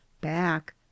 back